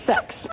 sex